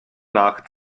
nach